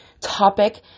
topic